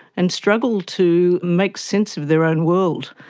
and struggle to make sense of their own world.